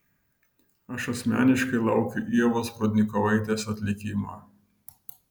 aš asmeniškai laukiu ievos prudnikovaitės atlikimo